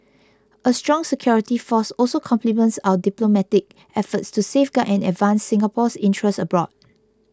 a strong security force also complements our diplomatic efforts to safeguard and advance Singapore's interests abroad